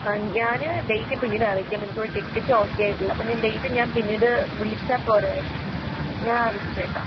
ആ ഞാന് ഡേറ്റ് പിന്നീട് അറിയിക്കാം എനിക്ക് ഇവിടെ ടിക്കറ്റ് ഓക്കെ ആയിട്ട് ഇല്ല അപ്പോൾ ഡേറ്റ് ഞാൻ പിന്നീട് വിളിച്ചാൽ പോരേ ഞാൻ അറിയിച്ചേക്കാം